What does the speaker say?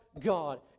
God